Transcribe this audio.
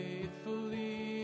faithfully